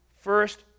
first